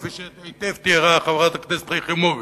כפי שהיטב תיארה חברת הכנסת יחימוביץ,